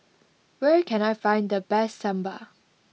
where can I find the best Sambar